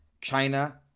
China